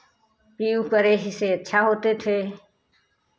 P ऊकर यही से अच्छा होते थे